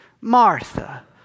Martha